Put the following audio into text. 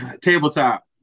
tabletop